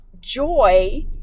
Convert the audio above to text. joy